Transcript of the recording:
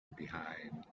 behind